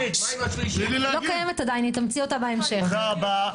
תודה רבה.